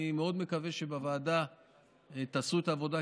ואני מאוד מקווה שבוועדה תעשו את העבודה,